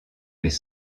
mais